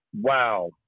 Wow